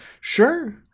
sure